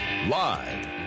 Live